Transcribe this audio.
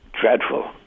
Dreadful